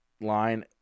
line